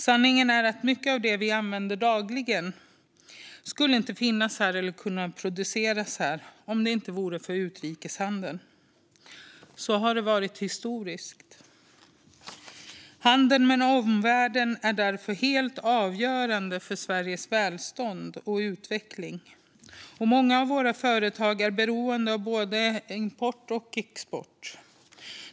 Sanningen är att mycket av det vi använder dagligen inte skulle finnas här eller kunna produceras här om det inte vore för utrikeshandeln. Så har det också varit historiskt. Handel med omvärlden är därför helt avgörande för Sveriges välstånd och utveckling. Många av våra företag är beroende av både import och export.